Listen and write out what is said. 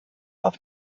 auf